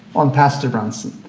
on pastor brunson.